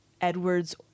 edwards